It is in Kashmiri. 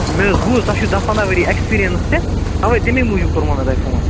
مےٚ حظ بوٗز تُہۍ چھُو دَہ پنٛداہ ؤری ایکٕسپیٖرینٕس تہِ تَوے تَمے موٗجوٗب کوٚرمو مےٚ تۅہہِ فون